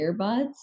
earbuds